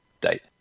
date